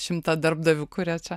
šimtą darbdavių kurie čia